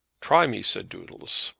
try me, said doodles.